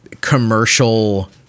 commercial